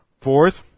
Fourth